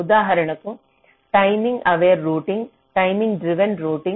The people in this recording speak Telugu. ఉదాహరణకు timing aware routing timing driven routing